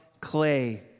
clay